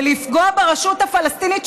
ולפגוע ברשות הפלסטינית,